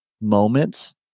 moments